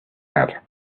had